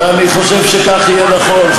ואני חושב שכך יהיה נכון.